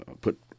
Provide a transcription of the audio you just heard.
put